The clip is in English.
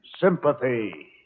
Sympathy